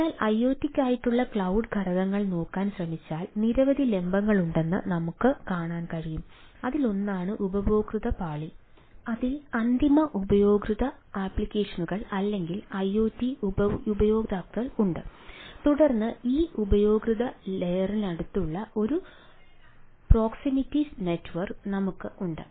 അതിനാൽ ഐഒടിക്കായിട്ടുള്ള ക്ലൌഡ് ഘടകങ്ങൾ നോക്കാൻ ശ്രമിച്ചാൽ നിരവധി ലംബങ്ങളുണ്ടെന്ന് നമുക്ക് കാണാൻ കഴിയും അതിലൊന്നാണ് ഉപയോക്തൃ പാളി അതിൽ അന്തിമ ഉപയോക്തൃ അപ്ലിക്കേഷനുകൾ അല്ലെങ്കിൽ ഐഒടി ഉപയോക്താക്കൾ ഉണ്ട് തുടർന്ന് ഈ ഉപയോക്തൃ ലെയറിനടുത്തുള്ള ഒരു പ്രോക്സിമിറ്റി നെറ്റ്വർക്ക് ഞങ്ങൾക്ക് ഉണ്ട്